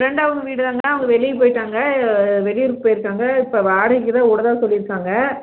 ஃப்ரெண்ட்டோட வீடுதாங்க அவங்க வெளியே போயிட்டாங்கள் வெளியூர் போயிருக்காங்கள் இப்போ வாடகைக்கிதான் விட்றதா சொல்லிருக்காங்கள்